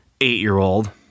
eight-year-old